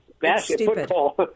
basketball